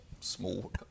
small